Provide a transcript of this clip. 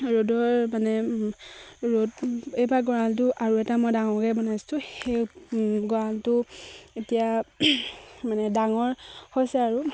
ৰ'দৰ মানে ৰ'দ এইবাৰ গঁৰালটো আৰু এটা মই ডাঙৰকে বনাইছোঁ সেই গঁৰালটো এতিয়া মানে ডাঙৰ হৈছে আৰু